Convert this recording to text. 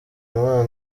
impano